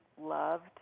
loved